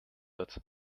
wird